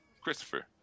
Christopher